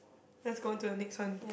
let's go on to the next one